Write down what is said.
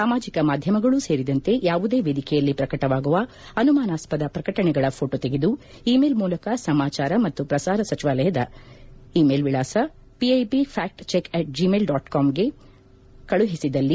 ಸಾಮಾಜಿಕ ಮಾಧ್ಯಮಗಳು ಸೇರಿದಂತೆ ಯಾವುದೇ ವೇದಿಕೆಯಲ್ಲಿ ಪ್ರಕಟವಾಗುವ ಅಸುಮಾನಾಸ್ಪದ ಪ್ರಕಟಣೆಗಳ ಫೋಟೋ ತೆಗೆದು ಇ ಮೇಲ್ ಮೂಲಕ ಕೇಂದ್ರ ವಾರ್ತಾಶಾಖೆಯ ಇ ಮೇಲ್ ವಿಳಾಸ PIB fact check at gmail dot ಕಾಮ್ಗೆ ಕಳುಹಿಸಿದ್ದಲ್ಲಿ